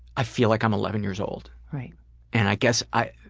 i feel like i'm eleven years old. and i guess i